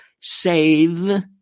save